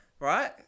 Right